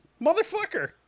motherfucker